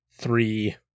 three